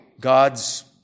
God's